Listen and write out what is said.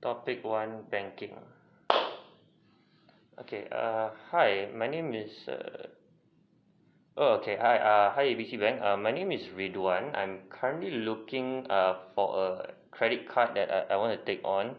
topic one banking okay err hi my name is err oo okay hi hi A B C bank err my name is ridhwan I'm currently looking err for a credit card that I I wanna take on